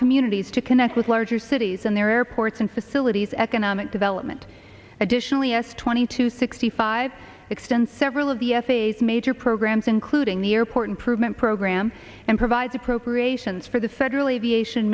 communities to connect with larger cities and their airports and facilities economic development additionally s twenty two sixty five extend several of the f a s major programs including the airport improvement program and provides appropriations for the federal